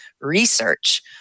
Research